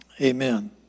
amen